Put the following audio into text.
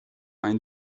ein